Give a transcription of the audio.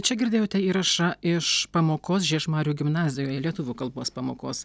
čia girdėjote įrašą iš pamokos žiežmarių gimnazijoje lietuvių kalbos pamokos